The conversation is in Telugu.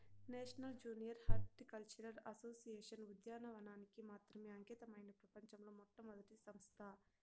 నేషనల్ జూనియర్ హార్టికల్చరల్ అసోసియేషన్ ఉద్యానవనానికి మాత్రమే అంకితమైన ప్రపంచంలో మొట్టమొదటి సంస్థ